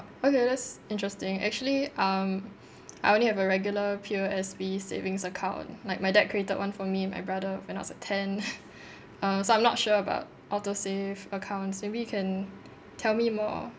okay that's interesting actually um I only have a regular P_O_S_B savings account like my dad created one for me and my brother when I was uh ten uh so I'm not sure about autosave accounts maybe you can tell me more